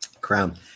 crown